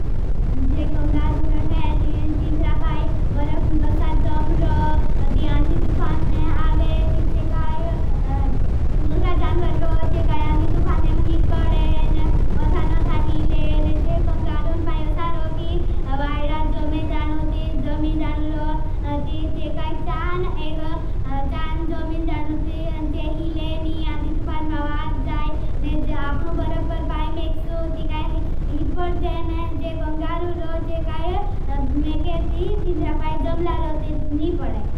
जे kangaroo रहे तीन्द्रा पाई। बरफनु तो साथ जम रो ती आंधी तुफानने आवे ती चे। काई दूसरा जानवर रो चे। काई आंधी तुफानने में हीट पड़ेन। औधान औधा हीलेन जे कंगारून पायो सारो की वाईडा। जमे जानो ती जमी जानो रो ती चे। काई चान जमी जानो ती हीलेन नी आंधी तुफान में वाद जाए। ने जे आपनु बरफ पर पाई मेकशो ती काई हीट पड़ेन। जे कंगारू रो चे काई मेके ती तीन्द्रा पाई जम ला रो ती नी पड़े।